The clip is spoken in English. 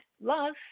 love